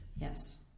Yes